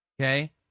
okay